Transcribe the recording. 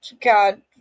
God